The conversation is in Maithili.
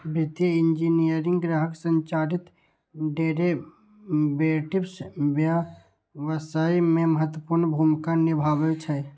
वित्तीय इंजीनियरिंग ग्राहक संचालित डेरेवेटिव्स व्यवसाय मे महत्वपूर्ण भूमिका निभाबै छै